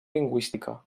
lingüística